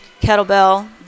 kettlebell